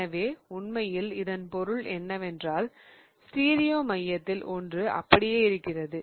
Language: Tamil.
எனவே உண்மையில் இதன் பொருள் என்னவென்றால் ஸ்டீரியோ மையத்தில் ஒன்று அப்படியே இருக்கிறது